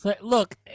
look